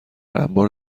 انبار